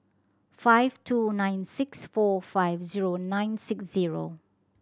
five two nine six four five zero nine six zero